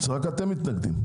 רק אתם מתנגדים.